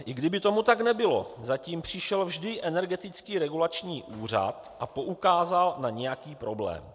I kdyby tomu tak nebylo, zatím přišel vždy Energetický regulační úřad a poukázal na nějaký problém.